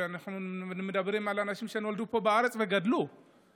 אנחנו מדברים על אנשים שנולדו וגדלו פה בארץ.